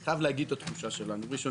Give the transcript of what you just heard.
אני חייב לומר את התחושה שלנו: ראשון